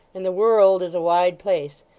and the world is a wide place.